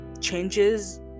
changes